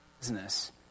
business